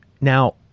Now